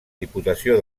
diputació